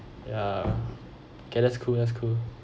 ya okay that's cool that's cool